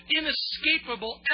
inescapable